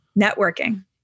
networking